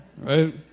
right